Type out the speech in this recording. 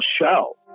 show